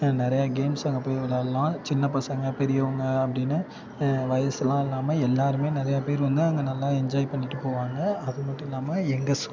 நிறையா கேம்ஸ் அங்கே போய் விளாட்லாம் சின்ன பசங்க பெரியவங்க அப்படின்னு வயசுலாம் இல்லாமல் எல்லோருமே நிறையா பேர் வந்து அங்கே நல்லா என்ஜாய் பண்ணிட்டுப் போவாங்க அது மட்டும் இல்லாமல் எங்கள்